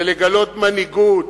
זה לגלות מנהיגות.